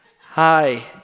Hi